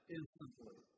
instantly